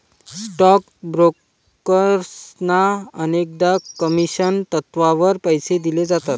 stock ब्रोकर्सना अनेकदा commission तत्त्वावर पैसे दिले जातात